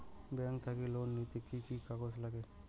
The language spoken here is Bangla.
ব্যাংক থাকি লোন নিতে কি কি কাগজ নাগে?